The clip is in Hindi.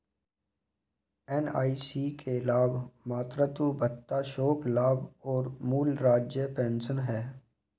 एन.आई.सी के लाभ मातृत्व भत्ता, शोक लाभ और मूल राज्य पेंशन हैं